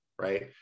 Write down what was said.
Right